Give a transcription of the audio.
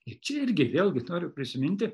čia irgi vėlgi noriu prisiminti